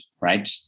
right